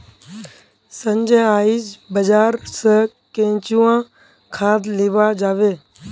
संजय आइज बाजार स केंचुआ खाद लीबा जाबे